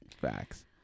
facts